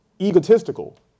egotistical